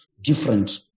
different